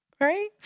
Right